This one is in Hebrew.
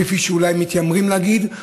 כפי שאולי מתיימרים להגיד,